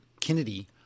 Kennedy